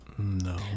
No